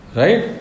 right